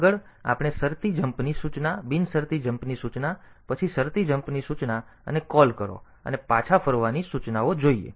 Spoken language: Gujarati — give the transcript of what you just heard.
આગળ આપણે શરતી જમ્પની સૂચના બિનશરતી જમ્પની સૂચના પછી શરતી જમ્પની સૂચના અને કૉલ કરો અને પાછા ફરવાની સૂચનાઓ જોઈએ છીએ